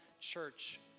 church